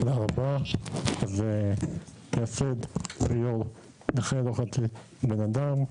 תודה רבה, יו"ר נכה לא חצי בן אדם.